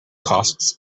costs